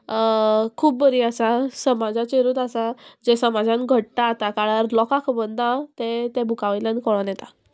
खूब बरी आसा समाजाचेरूच आसा जे समाजान घडटा आतां काळार लोका खबर तें त्या बुकावयल्यान कोळोन येता